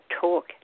talk